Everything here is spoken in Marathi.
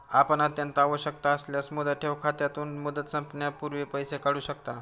आपण अत्यंत आवश्यकता असल्यास मुदत ठेव खात्यातून, मुदत संपण्यापूर्वी पैसे काढू शकता